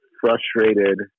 frustrated